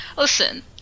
Listen